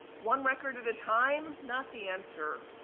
one record at a time, not the answer.